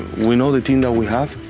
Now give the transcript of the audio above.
we know the team that we have.